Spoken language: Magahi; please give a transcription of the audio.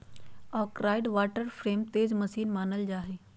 आर्कराइट वाटर फ्रेम तेज मशीन मानल जा हई